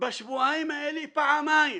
בשבועיים האלה פעמיים.